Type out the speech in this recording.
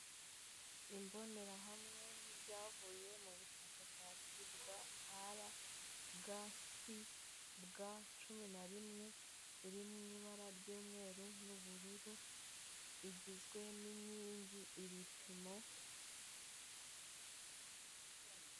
Imbonerahamwe y'ibyavuye mu bushakashatsi bwa aragasi bwa cumi na rimwe, iri mu ibara ry'umweru n'ubururu igizwe n'inkingi, ibipimo.